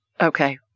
Okay